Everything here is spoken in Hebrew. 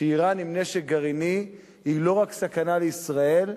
שאירן עם נשק גרעיני היא לא רק סכנה לישראל,